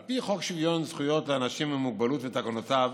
על פי חוק שוויון זכויות לאנשים עם מוגבלות ותקנותיו,